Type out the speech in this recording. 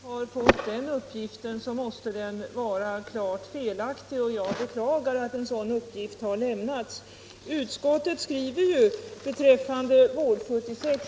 Herr talman! Den uppgift som fru Kristensson har fått vid sin kontakt med Vård-76 är klart felaktig, och jag beklagar att den har lämnats.